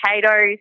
potatoes